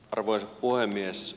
arvoisa puhemies